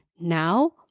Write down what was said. now